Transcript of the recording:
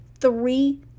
three